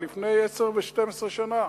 לפני עשר ו-12 שנים.